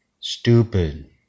Stupid